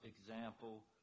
example